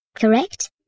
correct